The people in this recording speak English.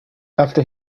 after